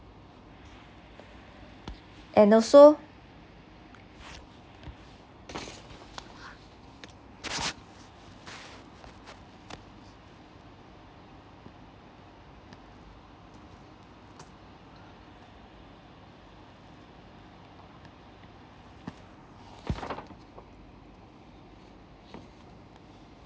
and also